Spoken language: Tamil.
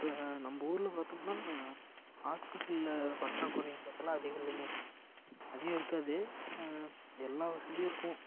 இப்போ நம்ம ஊரில் பார்த்தோம்னா ஹாஸ்பிட்டலில் பற்றாக்குறைங்கிறதுலாம் அதிகம் இல்லைங்க அதிகம் இருக்காது எல்லா வசதியும் இருக்கும்